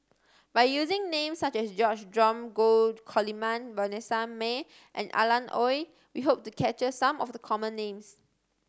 by using names such as George Dromgold Coleman Vanessa Mae and Alan Oei we hope to capture some of the common names